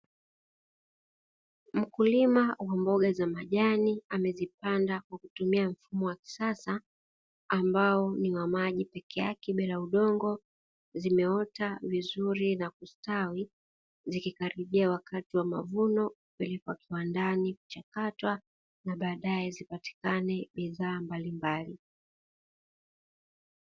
Mkulima wa mboga za majani amezipanda kwa kutumia mfumo wa kisasa ambao ni wa maji peke yake bila udongo. Zimeota vizuri na kustawi, zikikaribia wakati wa mavuno na kupelekwa kiwandani kuchakatwa na baadaye zipatikane bidhaa mbalimbali.